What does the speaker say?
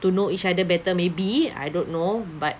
to know each other better maybe I don't know but